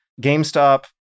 GameStop